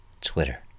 Twitter